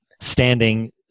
standing